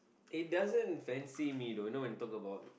it doesn't fancy me though now when you talk about